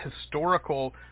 historical